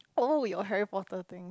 oh your Harry-Potter thing